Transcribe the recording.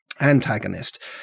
antagonist